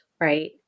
Right